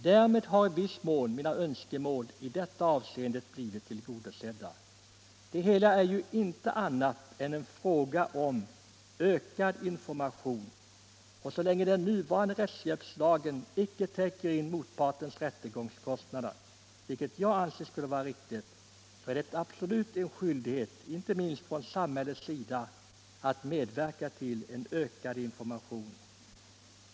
Därmed har i viss mån mina önskemål i detta avseende blivit tillgodosedda. Det hela är ju inte annat än en fråga om ökad information, och så länge den nuvarande rättshjälpslagen icke täcker in motpartens rättegångskostnader, vilket jag anser skulle vara riktigt att den gjorde, är det absolut en skyldighet inte minst för samhället att medverka till ökad information.